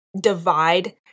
divide